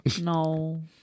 No